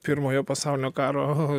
pirmojo pasaulinio karo